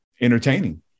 entertaining